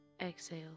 exhale